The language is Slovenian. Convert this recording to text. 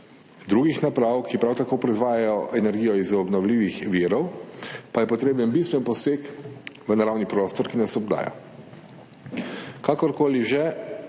drugih naprav, ki prav tako proizvajajo energijo iz obnovljivih virov, pa je potreben bistven poseg v naravni prostor, ki nas obdaja. Kakorkoli že,